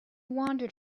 wandered